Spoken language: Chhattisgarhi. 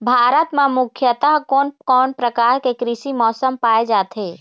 भारत म मुख्यतः कोन कौन प्रकार के कृषि मौसम पाए जाथे?